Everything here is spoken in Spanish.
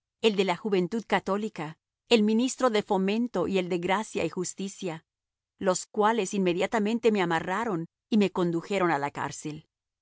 el de la juventud católica el ministro de fomento y el de gracia y justicia los cuales inmediatamente me amarraron y me condujeron a la cárcel